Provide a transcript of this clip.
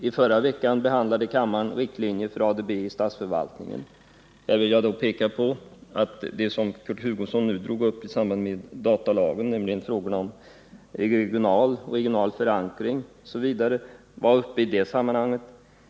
I förra veckan behandlade kammaren riktlinjer för ADB i statsförvaltningen. Det som Kurt Hugosson drog upp i samband med datalagen, nämligen frågan om regional förankring osv., var uppe i det sammanhanget.